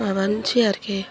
माबानोसै आरोखि